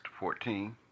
14